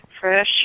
fresh